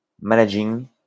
managing